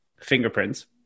fingerprints